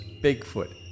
Bigfoot